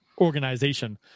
organization